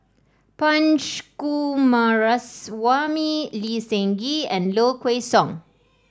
Punch Coomaraswamy Lee Seng Gee and Low Kway Song